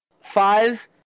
five